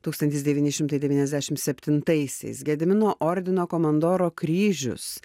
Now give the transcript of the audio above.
tūkstantis devyni šimtai devyniasdešimt septintaisiais gedimino ordino komandoro kryžius